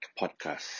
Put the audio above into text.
podcast